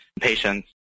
patients